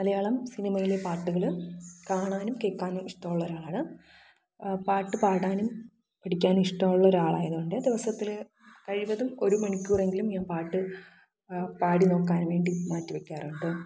മലയാളം സിനിമയിലെ പാട്ടുകൾ കാണാനും കേൾക്കാനും ഇഷ്ടമുള്ള ഒരാളാണ് പാട്ട് പാടാനും പഠിക്കാനും ഇഷ്ടമുള്ള ഒരാളായതുകൊണ്ട് ദിവസത്തിൽ കഴിവതും ഒരു മണിക്കൂറെങ്കിലും ഞാന് പാട്ട് പാടി നോക്കാന് വേണ്ടി മാറ്റി വെക്കാറുണ്ട്